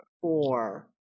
four